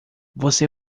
você